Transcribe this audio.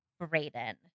Brayden